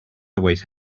wait